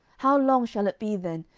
how long shall it be then,